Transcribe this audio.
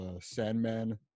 Sandman